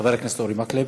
חבר הכנסת אורי מקלב,